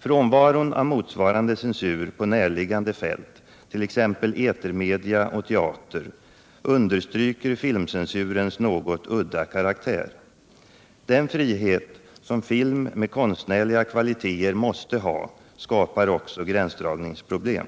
Frånvaron av motsvarande censur på närliggande fält, t.ex. etermedia och teater, understryker filmcensurens något udda karaktär. Den frihet som film med konstnärliga kvalitéer måste ha skapar också gränsdragningsproblem.